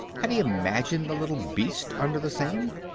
had he imagined the little beast under the sand?